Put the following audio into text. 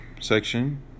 section